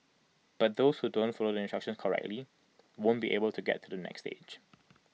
but those who don't follow the instructions correctly won't be able to get to the next stage